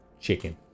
Chicken